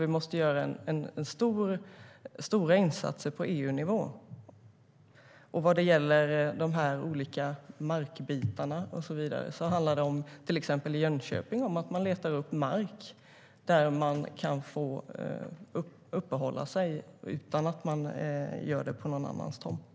Vi måste göra stora insatser på EU-nivå.